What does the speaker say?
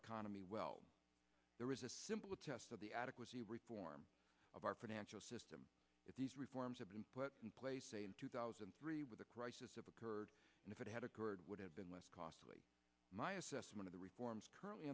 economy well there is a simple test of the adequacy reform of our financial system if these reforms have been put in place in two thousand and three with the crisis of occurred and if it had occurred would have been less costly my assessment of the reforms currently